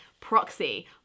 proxy